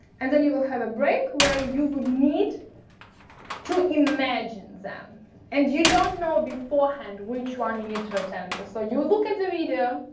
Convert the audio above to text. and then you will have a break where you would need to imagine them and you don't know beforehand which one you need to attend to. so you will look at the video,